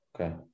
Okay